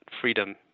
freedom